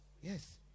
yes